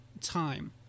time